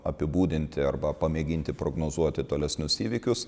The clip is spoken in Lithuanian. apibūdinti arba pamėginti prognozuoti tolesnius įvykius